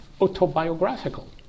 autobiographical